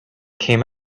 came